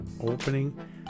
opening